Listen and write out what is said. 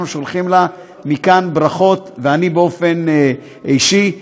אנחנו שולחים לה מכאן ברכות, ואני באופן אישי.